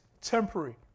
temporary